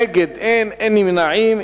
נגד, אין, אין נמנעים.